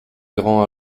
grand